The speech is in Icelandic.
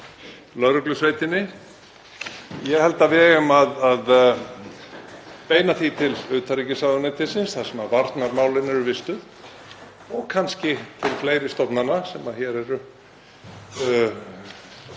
lögreglusveitinni. Ég held að við eigum að beina því til utanríkisráðuneytisins, þar sem varnarmálin eru vistuð, og kannski til fleiri stofnana sem hér eru